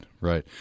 right